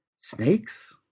snakes